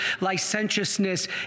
licentiousness